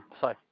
Sorry